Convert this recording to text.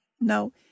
no